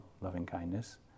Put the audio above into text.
loving-kindness